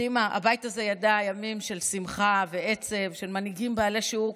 איזו בושה, איזו בושה.